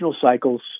cycles